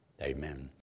Amen